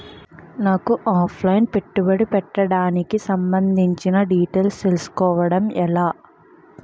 నాకు offline పెట్టుబడి పెట్టడానికి సంబందించిన డీటైల్స్ తెలుసుకోవడం ఎలా?